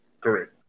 Correct